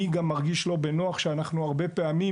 אני גם מרגיש לא בנוח מכך שהרבה פעמים